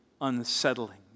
unsettling